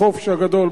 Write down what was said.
בחופש הגדול,